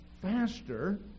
faster